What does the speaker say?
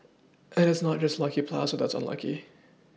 and it's not just lucky Plaza that's unlucky